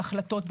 על החלטות,